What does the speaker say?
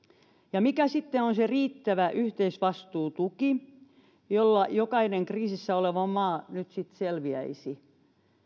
mikä sitten on se riittävä yhteisvastuutuki jolla jokainen kriisissä oleva maa nyt selviäisi